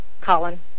colin